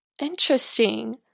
Interesting